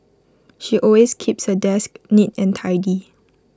she always keeps her desk neat and tidy